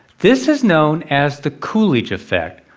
this is known as the coolidge effect.